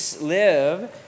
live